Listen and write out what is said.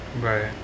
right